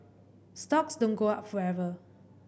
stocks don't go up forever